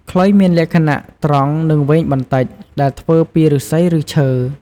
ខ្លុយ មានលក្ខណៈត្រង់និងវែងបន្តិច ដែលធ្វើពីឫស្សី ឬឈើ។